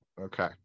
okay